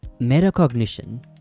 metacognition